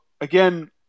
again